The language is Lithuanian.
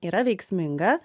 yra veiksminga